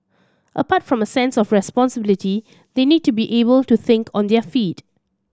apart from a sense of responsibility they need to be able to think on their feet